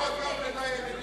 זאב, אליעזר מנחם מוזס,